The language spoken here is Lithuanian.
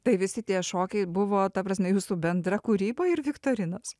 tai visi tie šokiai buvo ta prasme jūsų bendra kūryba ir viktorinos